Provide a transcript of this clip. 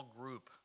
group